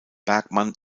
bergman